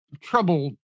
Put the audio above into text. trouble